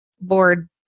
board